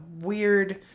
weird